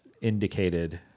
indicated